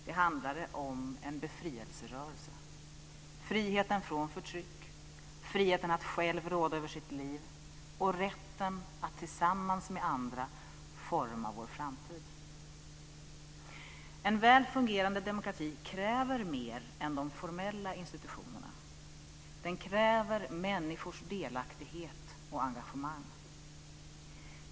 Det handlade om en befrielserörelse - friheten från förtryck, friheten att själv råda över sitt liv och rätten att tillsammans med andra forma vår framtid. En väl fungerande demokrati kräver mer än de formella institutionerna. Den kräver människors delaktighet och engagemang.